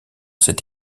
cette